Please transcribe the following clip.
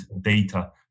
data